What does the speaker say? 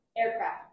aircraft